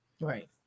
right